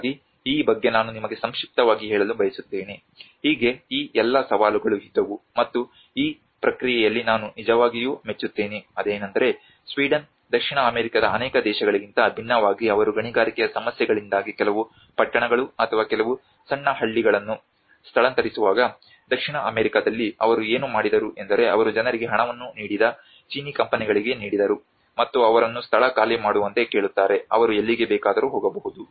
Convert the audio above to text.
ಹಾಗಾಗಿ ಈ ಬಗ್ಗೆ ನಾನು ನಿಮಗೆ ಸಂಕ್ಷಿಪ್ತವಾಗಿ ಹೇಳಲು ಬಯಸುತ್ತೇನೆ ಹೀಗೆ ಈ ಎಲ್ಲಾ ಸವಾಲುಗಳು ಇದ್ದವು ಮತ್ತು ಈ ಪ್ರಕ್ರಿಯೆಯಲ್ಲಿ ನಾನು ನಿಜವಾಗಿಯೂ ಮೆಚ್ಚುತ್ತೇನೆ ಅದೇನೆಂದರೆ ಸ್ವೀಡನ್ ದಕ್ಷಿಣ ಅಮೆರಿಕದ ಅನೇಕ ದೇಶಗಳಿಗಿಂತ ಭಿನ್ನವಾಗಿ ಅವರು ಗಣಿಗಾರಿಕೆಯ ಸಮಸ್ಯೆಗಳಿಂದಾಗಿ ಕೆಲವು ಪಟ್ಟಣಗಳು ಅಥವಾ ಕೆಲವು ಸಣ್ಣಹಳ್ಳಿಗಳನ್ನು ಸ್ಥಳಾಂತರಿಸುವಾಗ ದಕ್ಷಿಣ ಅಮೆರಿಕಾದಲ್ಲಿ ಅವರು ಏನು ಮಾಡಿದರು ಎಂದರೆ ಅವರು ಜನರಿಗೆ ಹಣವನ್ನು ನೀಡಿದ ಚೀನೀ ಕಂಪನಿಗಳಿಗೆ ನೀಡಿದರು ಮತ್ತು ಅವರನ್ನು ಸ್ಥಳ ಖಾಲಿ ಮಾಡುವಂತೆ ಕೇಳುತ್ತಾರೆ ಅವರು ಎಲ್ಲಿಗೆ ಬೇಕಾದರೂ ಹೋಗಬಹುದು